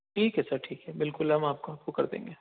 ٹھیک ہے سر ٹھیک ہے بالکل ہم آپ کا بُک کر دیں گے